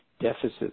deficits